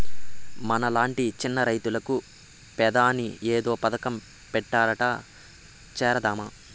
మనలాంటి చిన్న రైతులకు పెదాని ఏదో పథకం పెట్టారట చేరదామా